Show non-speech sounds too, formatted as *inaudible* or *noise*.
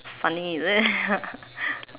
funny is it *laughs*